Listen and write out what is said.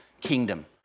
kingdom